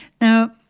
Now